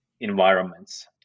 environments